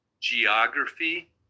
geography